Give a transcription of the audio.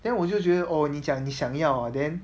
then 我就觉得 oh 你讲你想要 ah then